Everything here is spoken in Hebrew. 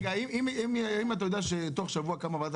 אם היית יודע שתוך שבוע תקום ועדת